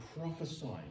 prophesying